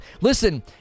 listen